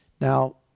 Now